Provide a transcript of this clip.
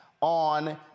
on